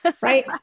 Right